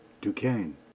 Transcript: duquesne